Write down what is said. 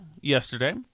yesterday